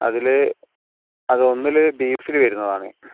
അതിൽ അത് ഒന്നിൽ ബീഫിൽ വരുന്നതാണ്